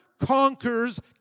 conquers